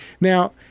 now